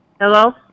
Hello